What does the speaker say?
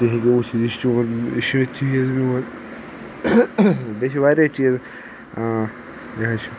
تُہۍ ہٮ۪کِو وٕچھِتھ یہِ چھُ چون یہِ چھ چیٖز میون بیٚیہِ چھِ واریاہ چیٖز